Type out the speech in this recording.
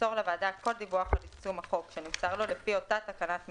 ימסור לוועדה כל דיווח על יישום החוק שנמסר לו לפי אותה תקנת משנה,